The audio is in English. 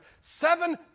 seven